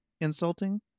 insulting